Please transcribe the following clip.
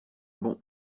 bon